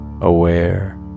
aware